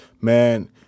Man